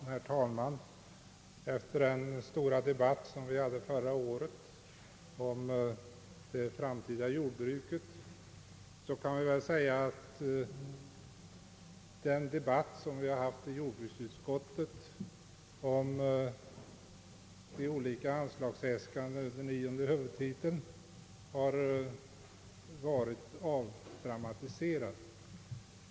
Herr talman! Efter den stora debatten här förra året om det framtida jordbruket har den diskussion som förts i jordbruksutskottet om de olika äskandena under nionde huvudtiteln varit avdramatiserad.